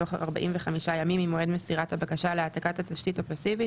בתוך 45 ימים ממועד מסירת הבקשה להעתקת התשתית הפסיבית,